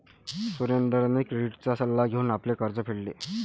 सुरेंद्रने क्रेडिटचा सल्ला घेऊन आपले कर्ज फेडले